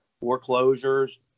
foreclosures